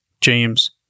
James